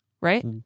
right